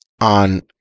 on